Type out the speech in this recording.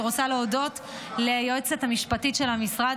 אני רוצה להודות ליועצת המשפטית של המשרד,